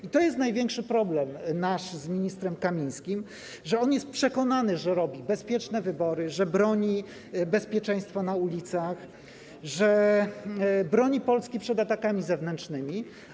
I to jest nasz największy problem z ministrem Kamińskim: on jest przekonany, że robi bezpieczne wybory, że broni bezpieczeństwa na ulicach, że broni Polski przed atakami zewnętrznymi.